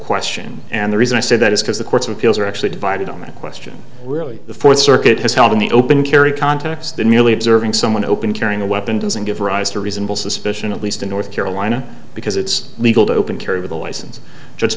question and the reason i say that is because the courts of appeals are actually divided on that question really the fourth circuit has held in the open carry context that merely observing someone open carrying a weapon doesn't give rise to reasonable suspicion at least in north carolina because it's legal to open carry with a license j